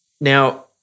Now